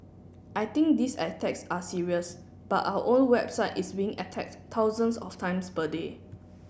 I think these attacks are serious but our own website is being attacked thousands of times per day